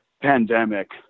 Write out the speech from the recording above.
pandemic